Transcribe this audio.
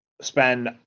spend